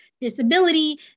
disability